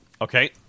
Okay